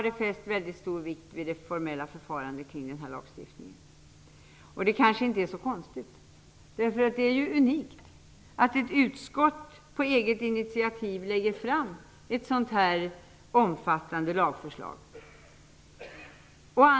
Det har fästs stor vikt vid det formella förfarandet kring denna lagstiftning. Det kanske inte är så konstigt, eftersom det är unikt att ett utskott på eget initiativ lägger fram ett så här omfattande lagförslag.